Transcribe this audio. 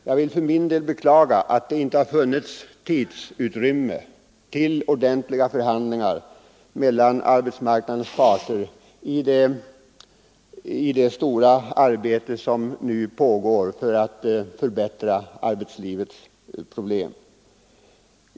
Jag vill för min del beklaga att det inte har funnits tidsutrymme till ordentliga förhandlingar mellan arbetsmarknadens parter i det stora arbete som nu pågår för att reformera arbetslivet.